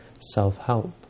self-help